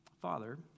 father